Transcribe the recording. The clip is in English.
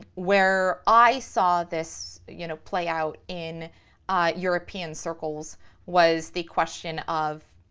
where i saw this you know play out in european circles was the question of,